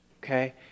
okay